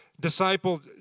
Disciple